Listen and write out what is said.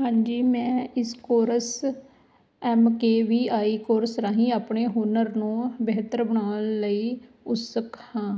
ਹਾਂਜੀ ਮੈਂ ਇਸ course M K V I course ਰਾਹੀਂ ਆਪਣੇ ਹੁਨਰ ਨੂੰ ਬਿਹਤਰ ਬਣਾਉਣ ਲਈ ਉਤਸੁਕ ਹਾਂ